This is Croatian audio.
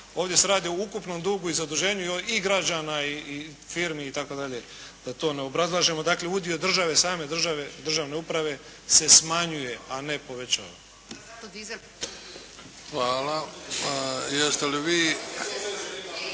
Ovdje se radi o ukupnom dugu i zaduženju i građana i firmi i tako dalje. Da to ne obrazlažemo. Dakle, udio države, same države, državne uprave se smanjuje a ne povećava. **Bebić,